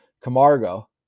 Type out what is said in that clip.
Camargo